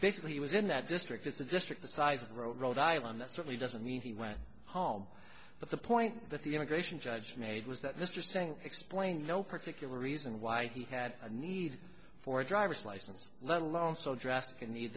basically he was in that district it's a district the size of rhode island that certainly doesn't mean he went home but the point that the immigration judge made was that mr saying explain no particular reason why he had a need for a driver's license let alone so drastic a need